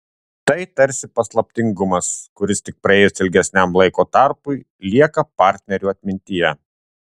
tai tarsi paslaptingumas kuris tik praėjus ilgesniam laiko tarpui lieka partnerių atmintyje